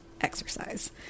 exercise